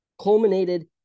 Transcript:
culminated